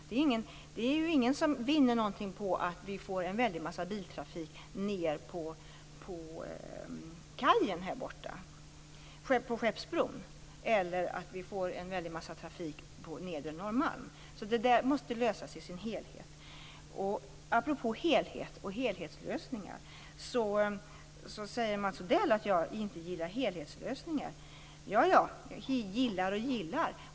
Det är ju ingen som vinner någonting på att vi får en väldig massa biltrafik nere på Skeppsbron eller på nedre Norrmalm, så detta måste lösas i sin helhet. Apropå helhet och helhetslösningar säger Mats Odell att jag inte gillar helhetslösningar. Ja, ja, gillar och gillar.